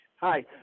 Hi